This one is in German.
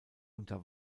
unter